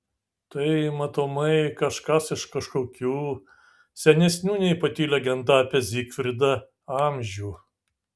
tai matomai kažkas iš kažkokių senesnių nei pati legenda apie zigfridą amžių